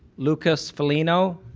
lucas folino